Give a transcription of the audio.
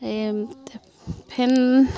এই ফেন